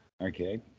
Okay